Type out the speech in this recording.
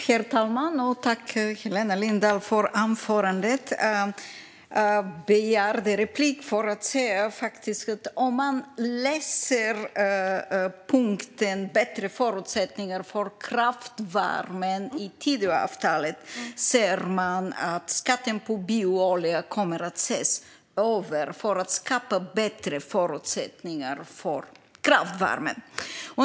Herr talman! Tack, Helena Lindahl, för anförandet! Jag begärde replik för att säga att om man läser punkten Bättre förutsättningar för kraftvärmen i Tidöavtalet ser man att skatten på bioolja kommer att ses över för att skapa bättre förutsättningar för kraftvärmen.